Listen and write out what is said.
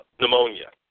Pneumonia